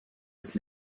ist